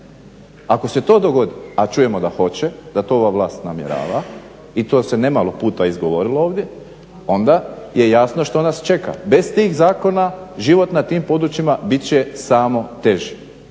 Ako se to dogodi, a čujemo da hoće, da to ova vlast namjerava i to se nemalo puta izgovorilo ovdje, onda je jasno što nas čeka. Bez tih zakona život na tim područjima bit će samo teži,